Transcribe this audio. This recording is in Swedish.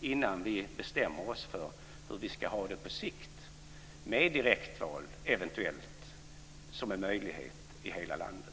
innan vi bestämmer oss för hur vi ska ha det på sikt, eventuellt med direktval som en möjlighet i hela landet.